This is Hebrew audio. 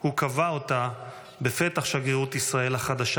הוא קבע אותה בפתח שגרירות ישראל החדשה